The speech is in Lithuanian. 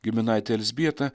giminaitę elzbietą